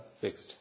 fixed